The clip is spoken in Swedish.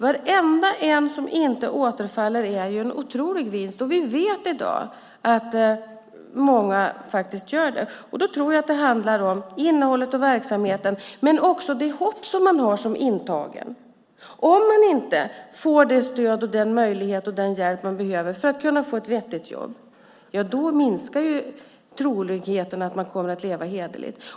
Varenda en som inte återfaller är en otrolig vinst, och vi vet i dag att många gör det. Jag tror att det handlar om innehållet och verksamheten, men också det hopp som man har som intagen. Om man inte får det stöd, den möjlighet och den hjälp man behöver för att kunna få ett vettigt jobb minskar ju sannolikheten för att man kommer att leva hederligt.